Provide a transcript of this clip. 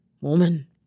woman